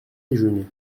déjeuné